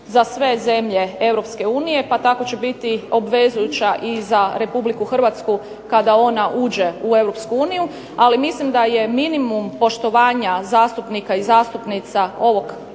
za sve zemlje EU pa tako će biti obvezujuća i za RH kada ona uđe u EU, ali mislim da je minimum poštovanja zastupnika i zastupnica ovog